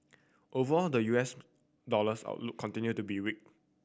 overall the U S dollar's outlook continued to be weak